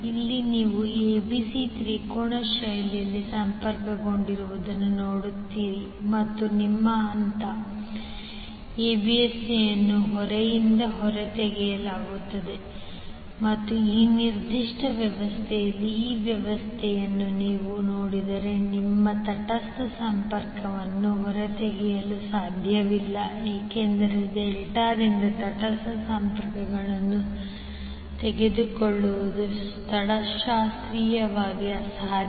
ಇಲ್ಲಿ ನೀವು abc ತ್ರಿಕೋನ ಶೈಲಿಯಲ್ಲಿ ಸಂಪರ್ಕಗೊಂಡಿರುವುದನ್ನು ನೋಡುತ್ತೀರಿ ಮತ್ತು ನಿಮ್ಮ ಹಂತ abc ಯನ್ನು ಹೊರೆಯಿಂದ ಹೊರತೆಗೆಯಲಾಗುತ್ತದೆ ಮತ್ತು ಈ ನಿರ್ದಿಷ್ಟ ವ್ಯವಸ್ಥೆಯಲ್ಲಿ ಈ ವ್ಯವಸ್ಥೆಯನ್ನು ನೀವು ನೋಡಿದರೆ ನೀವು ತಟಸ್ಥ ಸಂಪರ್ಕವನ್ನು ಹೊರತೆಗೆಯಲು ಸಾಧ್ಯವಿಲ್ಲ ಏಕೆಂದರೆ ಡೆಲ್ಟಾದಿಂದ ತಟಸ್ಥ ಸಂಪರ್ಕವನ್ನು ತೆಗೆದುಕೊಳ್ಳುವುದು ಸ್ಥಳಶಾಸ್ತ್ರೀಯವಾಗಿ ಅಸಾಧ್ಯ